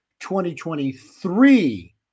2023